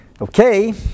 Okay